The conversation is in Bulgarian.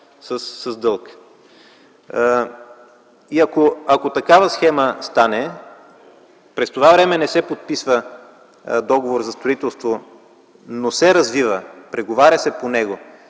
с дълг. Ако схемата стане такава и през това време не се подписва договор за строителство, но се развива, преговаря се по него,